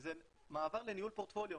וזה מעבר לניהול פורטפוליו.